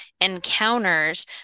encounters